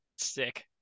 Sick